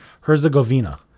Herzegovina